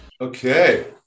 Okay